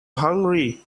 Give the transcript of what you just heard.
hungry